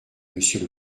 monsieur